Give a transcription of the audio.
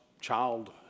child